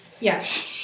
Yes